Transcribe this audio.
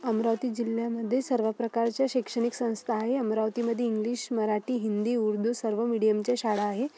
अमरावती जिल्ह्यामध्ये सर्व प्रकारच्या शैक्षणिक संस्था आहे अमरावतीमध्ये इंग्लिश मराठी हिंदी उर्दू सर्व मिडीयमच्या शाळा आहे